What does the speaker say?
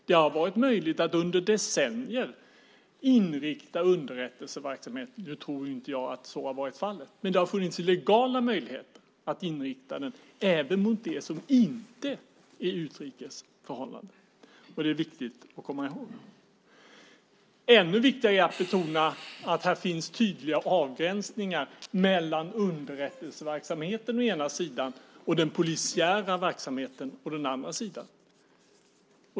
Det har varit möjligt att under decennier inrikta underrättelseverksamheten även mot det som inte är utrikes förhållanden. Nu tror jag inte att så har varit fallet, men det har funnits legala möjligheter till det. Det är viktigt att komma ihåg. Ännu viktigare är det att betona att här finns tydliga avgränsningar mellan underrättelseverksamheten å ena sidan och den polisiära verksamheten å den andra.